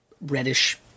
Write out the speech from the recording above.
reddish